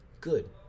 Good